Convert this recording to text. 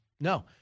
No